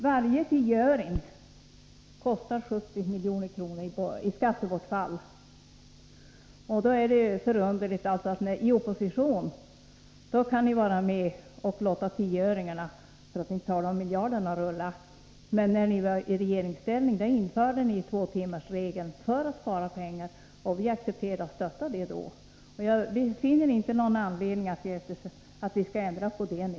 Varje tioöring kostar 70 milj.kr. i skattebortfall. Då är det förunderligt att ni i oppositionsställning kan vara med och låta tioöringarna, för att inte tala om miljarderna, rulla. Men när ni var i regeringsställning införde ni tvåtimmarsregeln för att spara pengar. Vi accepterade att stötta det då. Jag finner inte någon att anledning att ändra på detta nu.